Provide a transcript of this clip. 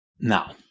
Now